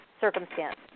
circumstance